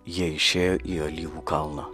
jie išėjo į alyvų kalną